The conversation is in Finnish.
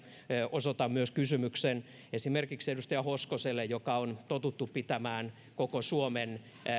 osoitan kysymyksen myös esimerkiksi edustaja hoskoselle kun on totuttu hänen pitävän koko suomen